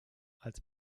als